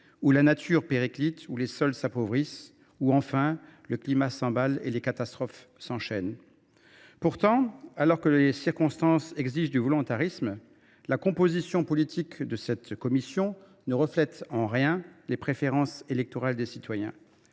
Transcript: où la nature périclite, où les sols s’appauvrissent, où le climat s’emballe et où les catastrophes s’enchaînent. Pourtant, alors que les circonstances exigent de faire preuve de volontarisme, la composition politique de la nouvelle Commission ne reflète en rien les préférences électorales des citoyens.